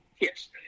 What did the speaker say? Yes